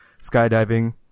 skydiving